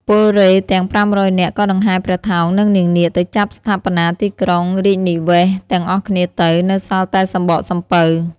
ពលរេហ៍ទាំង ៥០០ នាក់ក៏ដង្ហែព្រះថោង និងនាងនាគទៅចាប់ស្ថាបនាទីក្រុងរាជនិវេសន៍ទាំងអស់គ្នាទៅ នៅសល់តែសំបកសំពៅ ។